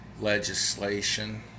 legislation